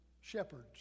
shepherds